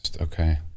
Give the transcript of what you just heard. Okay